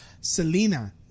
Selena